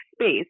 space